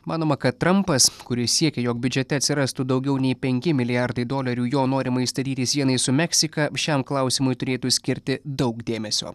manoma kad trampas kuris siekia jog biudžete atsirastų daugiau nei penki milijardai dolerių jo norimai statyti sienai su meksika šiam klausimui turėtų skirti daug dėmesio